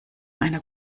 einer